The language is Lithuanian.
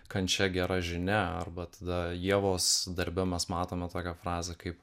kančia gera žinia arba tada ievos darbe mes matome tokią frazę kaip